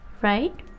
right